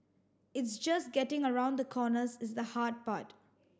it's just getting around the corners is the hard part